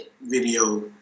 video